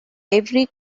every